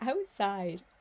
outside